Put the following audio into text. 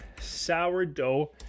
sourdough